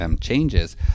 changes